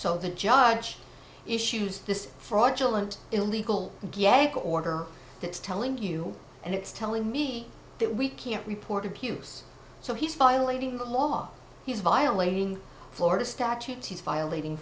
so the judge issues this fraudulent illegal gag order that's telling you and it's telling me that we can't report abuse so he's violating the law he's violating florida statute he's violating